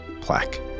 plaque